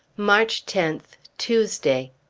march tenth, tuesday.